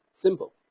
simple